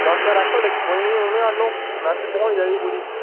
दस्स ज्हार एक्स्ट्रा लैह्गियां कोई निं उ'नें गी आन्नो मैह्फल भखोनी चाहिदी पूरी